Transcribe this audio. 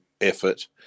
effort